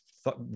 thought